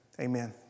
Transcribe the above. amen